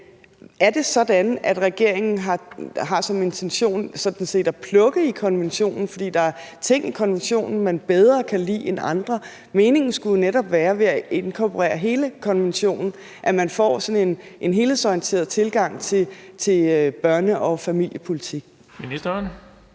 er det sådan, at regeringen har som intention sådan set at plukke i konventionen, fordi der er ting i konventionen, man bedre kan lide end andre? Meningen med at inkorporere hele konventionen skulle jo netop være, at man får en helhedsorienteret tilgang til børne- og familiepolitik. Kl.